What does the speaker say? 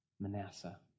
Manasseh